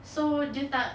so dia tak